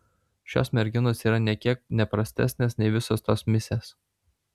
šios merginos yra nė kiek ne prastesnės nei visos tos misės